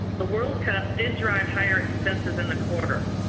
the world cup did drive higher expenses in the quarter,